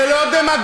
זה לא דמגוגיה.